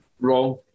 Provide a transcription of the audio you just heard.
wrong